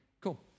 Cool